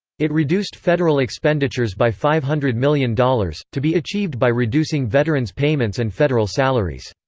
it reduced federal expenditures by five hundred million dollars, to be achieved by reducing veterans' payments and federal salaries.